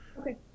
Okay